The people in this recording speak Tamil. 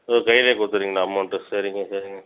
ஓ கைலையே கொடுத்துடறீங்களா அமௌன்ட்டு சரிங்க சரிங்க